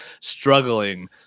struggling